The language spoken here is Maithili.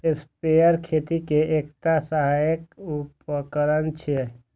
स्प्रेयर खेती के एकटा सहायक उपकरण छियै